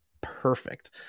perfect